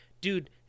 Dude